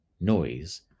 noise